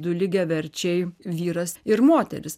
du lygiaverčiai vyras ir moteris